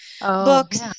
books